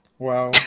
Wow